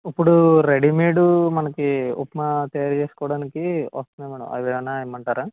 ఇప్పుడు రెడీమేడ్ మనకి ఉప్మా తయారు చేసుకోవడానికి వస్తున్నాయి మేడం అవి ఏమైనా ఇమ్మంటారా